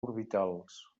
orbitals